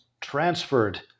transferred